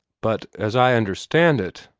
but as i understand it,